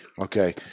Okay